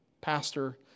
pastor